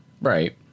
Right